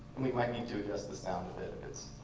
we might need to adjust the sound a bit